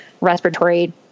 respiratory